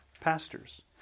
pastors